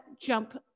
jump